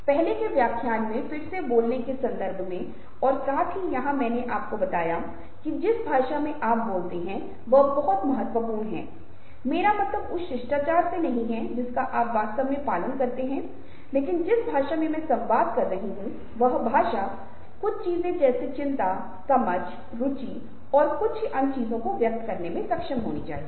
बल्की मांसपेशियों को खींचने का प्रबंधन भी करते हैं जो हमारी आंखों के आसपास होती हैं और इसलिए आंखों का कसाव होता है जब हम मुस्कुराते हैं तो कभी कभी आंखों के आसपास एक शिकन होती है